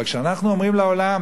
אבל כשאנחנו אומרים לעולם